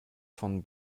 von